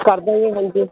ਕਰਦਾਂਗੇ ਹਾਂਜੀ